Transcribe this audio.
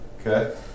Okay